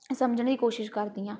ਸਮਝਣ ਦੀ ਕੋਸ਼ਿਸ਼ ਕਰਦੀ ਹਾਂ